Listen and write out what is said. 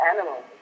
animals